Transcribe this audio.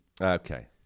Okay